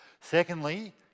Secondly